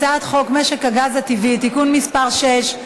הצעת חוק משק הגז הטבעי (תיקון מס' 6),